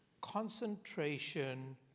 concentration